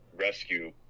rescue